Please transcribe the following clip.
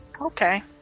Okay